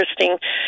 interesting